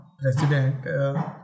president